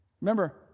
Remember